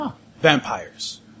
Vampires